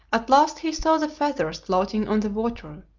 at last he saw the feathers floating on the water,